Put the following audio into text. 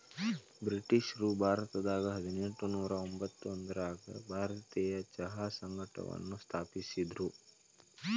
ಬ್ರಿಟಿಷ್ರು ಭಾರತದಾಗ ಹದಿನೆಂಟನೂರ ಎಂಬತ್ತೊಂದರಾಗ ಭಾರತೇಯ ಚಹಾ ಸಂಘವನ್ನ ಸ್ಥಾಪಿಸಿದ್ರು